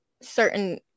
certain